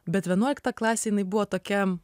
bet vienuolikta klasė jinai buvo tokia